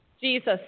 Jesus